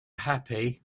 happy